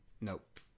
Nope